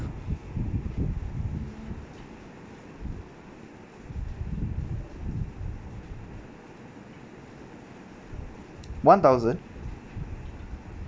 one thousand